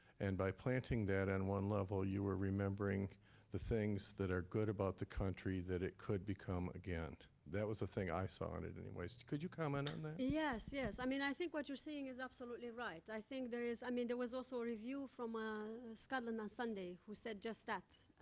and by planting that, on and one level, you were remembering the things that are good about the country, that it could become again. that was the thing i saw in it, anyways. could you comment on that? yes, yes, i mean i think what you're saying is absolutely right. i think there is i mean, there was also a review from ah scotland on sunday who said just that.